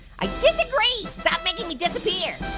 i disagree, stop making me disappear.